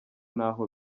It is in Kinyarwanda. ntaho